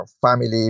family